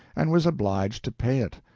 and was obliged to pay it.